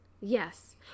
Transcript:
Yes